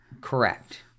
correct